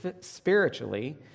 spiritually